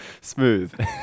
smooth